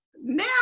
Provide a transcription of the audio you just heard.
Now